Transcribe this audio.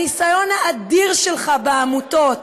הניסיון האדיר שלך בעמותות.